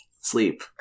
sleep